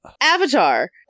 avatar